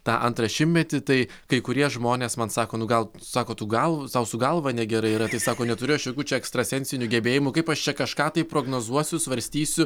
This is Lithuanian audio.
tą antrą šimtmetį tai kai kurie žmonės man sako nu gal sako tu gal tau su galva negerai yra sako neturiu aš jokių čia ekstrasensinių gebėjimų kaip aš čia kažką tai prognozuosiu svarstysiu